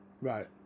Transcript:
Right